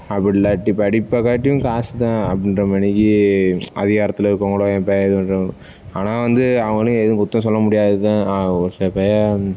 அப்படி இல்லாட்டி படிப்பை காட்டியும் காசு தான் அப்படின்ற மேனிக்கு அதிகாரத்தில் இருக்கவங்களும் ஆனால் வந்து அவங்களையும் எதுவும் குற்றம் சொல்ல முடியாது தான் ஆனால் ஒரு சில பேர்